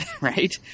right